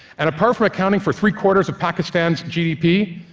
and apart from accounting for three quarters of pakistan's gdp,